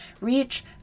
reach